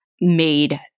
made